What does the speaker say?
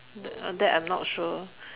that uh that I'm not sure